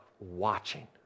watching